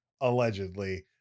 Allegedly